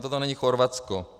Toto není Chorvatsko.